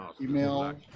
email